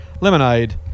Lemonade